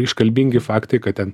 iškalbingi faktai kad ten